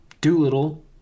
Doolittle